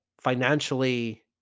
financially